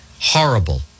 Horrible